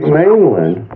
mainland